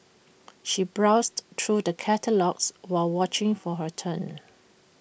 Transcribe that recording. she browsed through the catalogues while watching for her turn